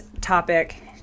topic